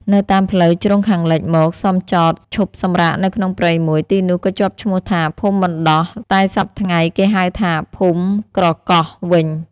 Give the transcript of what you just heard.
នៅតាមផ្លូវជ្រុងខាងលិចមកសំចតឈប់សម្រាកនៅក្នុងព្រៃមួយ ទីនោះក៏ជាប់ឈ្មោះថា ភូមិបណ្ដោះ តែសព្វថ្ងៃគេហៅថា ភូមិក្រកោះ វិញ ។